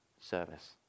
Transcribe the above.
service